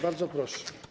Bardzo proszę.